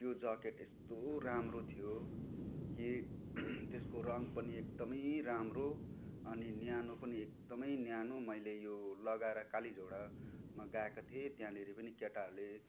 अनि त्यो ज्याकेट यस्तो राम्रो थियो कि त्यसको रङ पनि एकदमै राम्रो अनि न्यानो पनि एकदमै न्यानो मैले यो लगाएर कालीझोडामा गएको थिएँ त्यहाँनिर पनि केटाहरूले